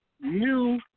new